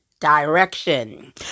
Direction